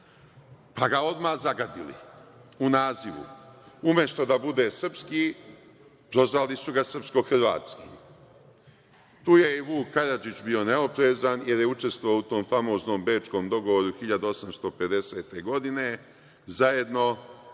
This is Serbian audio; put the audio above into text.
pa ga odmah zagadili u nazivu. Umesto da bude srpski, prozvali su ga srpskohrvatski. Tu je i Vuk Karadžić bio neoprezan jer je učestvovao u tom famoznom Bečkom dogovoru 1850. godine zajedno